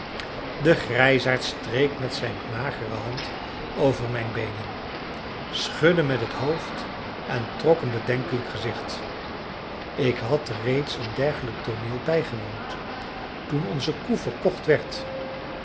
de grijsaard streek met zijn magere hand over mijn beenen schudde met het hoofd en trok een bedenkelijk gezicht ik had reeds een dergelijk tooneel bijgewoond toen onze koe verkocht werd